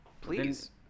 Please